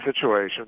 situation